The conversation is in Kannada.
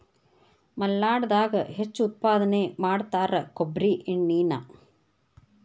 ಮಲ್ನಾಡದಾಗ ಹೆಚ್ಚು ಉತ್ಪಾದನೆ ಮಾಡತಾರ ಕೊಬ್ಬ್ರಿ ಎಣ್ಣಿನಾ